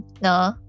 no